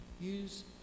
Use